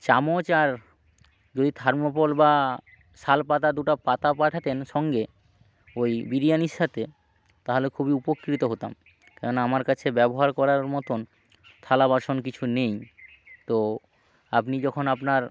চামচ আর যদি থার্মোকল বা শালপাতা দুটো পাতা পাঠাতেন সঙ্গে ওই বিরিয়ানির সাথে তাহলে খুবই উপকৃত হতাম কেননা আমার কাছে ব্যবহার করার মতোন থালা বাসন কিছু নেই তো আপনি যখন আপনার